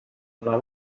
kuna